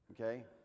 okay